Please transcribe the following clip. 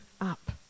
up